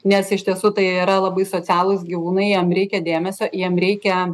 nes iš tiesų tai yra labai socialūs gyvūnai jiem reikia dėmesio jiem reikia